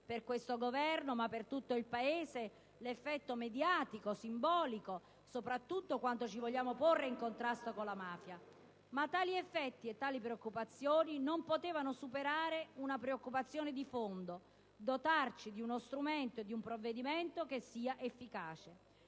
per questo Governo e per tutto il Paese l'effetto mediatico, simbolico, soprattutto quando ci vogliamo porre in contrasto con la mafia, ma tali effetti e tali preoccupazioni non possono superare la preoccupazione di fondo, vale a dire la necessità di dotarsi di uno strumento, di un provvedimento efficace.